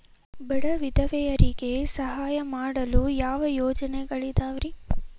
ಬಡ ವಿಧವೆಯರಿಗೆ ಸಹಾಯ ಮಾಡಲು ಯಾವ ಯೋಜನೆಗಳಿದಾವ್ರಿ?